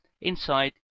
Inside